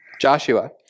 Joshua